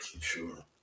Sure